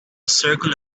circle